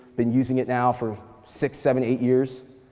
been using it now for six, seven, eight years,